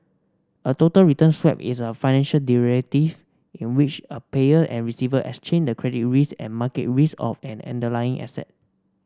a total return swap is a financial derivative in which a payer and receiver exchange the credit risk and market risk of an underlying asset